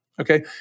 Okay